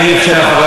אני רשום לכול.